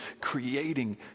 creating